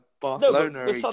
Barcelona